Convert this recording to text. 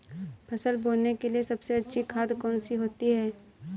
फसल बोने के लिए सबसे अच्छी खाद कौन सी होती है?